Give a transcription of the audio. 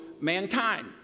mankind